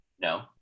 No